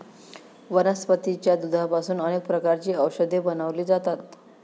वनस्पतीच्या दुधापासून अनेक प्रकारची औषधे बनवली जातात